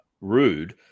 rude